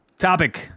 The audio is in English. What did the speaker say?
Topic